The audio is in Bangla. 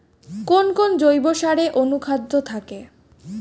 কোন কোন জৈব সারে অনুখাদ্য থাকে?